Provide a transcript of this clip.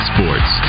Sports